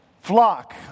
flock